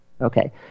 Okay